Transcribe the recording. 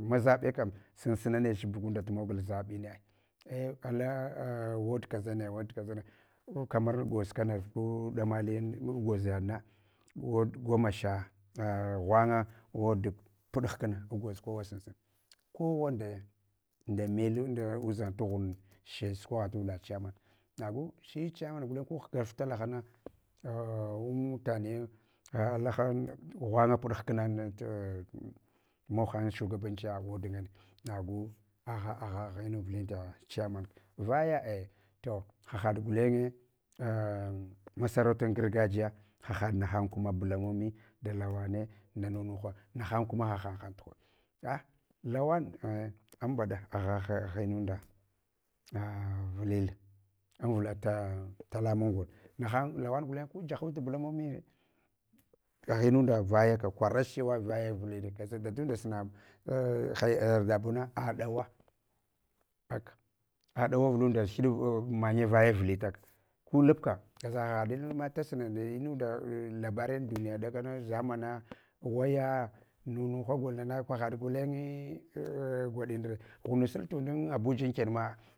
maʒaɓe kem san suna nech bugumda tumorgul zabinai ei kala a word kaʒane word kaʒane, kamar gwoz kana gu damalin gwaʒad na goma sha ghwang ward buɗ hkna agwoz kowa sunsuna. Kowa nda mele, nda udʒang taghun che sukwagh davla chairman. Nagu shi chairman gulenye gu ghgaf talahana, a mutane alahan ghwanga fuɗ inkna na mogham shugabanchiya ward ngane, nagu agha agha, agha inunda vuli chairman. vaya ei to hahaɗ gulenye masarautan gargajiya, hahaɗ nahan kuma bulamomiye da lawane nehan kuma hahan tuhoɗ. A lawan ambaɗa agha, agha inunda, vulil avɗa tala mau gol, nahan lawan gulen ku fahaf tu bulamomiye, agha inunda voya ka, kwarach chewa vaye vuhl dadunda sanab yarda buna aɗawa aka aɗawa vulunda indaf manya vaye vulita ka. Ku labka kaʒa ha inama tasnal unda labaran duniya ɗakana zamana waya nnuhana golna hahaɗ gulenye gwadin ne ghunus tundan abuja ankenma.